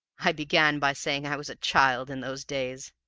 i began by saying i was a child in those days.